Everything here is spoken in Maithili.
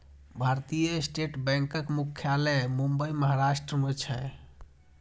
भारतीय स्टेट बैंकक मुख्यालय मुंबई, महाराष्ट्र मे छै